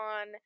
on